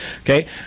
Okay